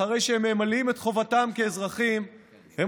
אחרי שהם ממלאים את חובתם כאזרחים הם